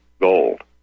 gold